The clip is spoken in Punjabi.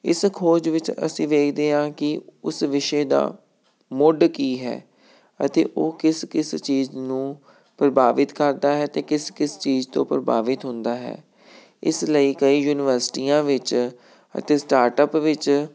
ਇਸ ਖੋਜ ਵਿੱਚ ਅਸੀਂ ਵੇਖਦੇ ਹਾਂ ਕਿ ਉਸ ਵਿਸ਼ੇ ਦਾ ਮੁੱਢ ਕੀ ਹੈ ਅਤੇ ਉਹ ਕਿਸ ਕਿਸ ਚੀਜ਼ ਨੂੰ ਪ੍ਰਭਾਵਿਤ ਕਰਦਾ ਹੈ ਅਤੇ ਕਿਸ ਕਿਸ ਚੀਜ਼ ਤੋਂ ਪ੍ਰਭਾਵਿਤ ਹੁੰਦਾ ਹੈ ਇਸ ਲਈ ਕਈ ਯੂਨੀਵਰਸਿਟੀਆਂ ਵਿੱਚ ਅਤੇ ਸਟਾਰਟਅੱਪ ਵਿੱਚ